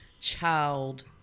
child